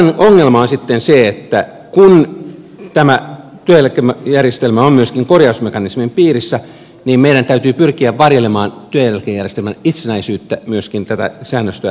ongelma on sitten se että kun tämä työeläkejärjestelmä on myöskin korjausmekanismien piirissä niin meidän täytyy pyrkiä varjelemaan työeläkejärjestelmän itsenäisyyttä myöskin tätä säännöstöä sovellettaessa